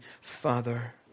father